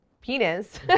penis